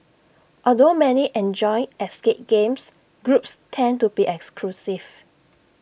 although many enjoy escape games groups tend to be exclusive